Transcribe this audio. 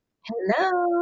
Hello